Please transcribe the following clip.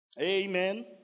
Amen